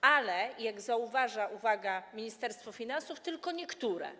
ale jak zauważa - uwaga - Ministerstwo Finansów, tylko niektóre.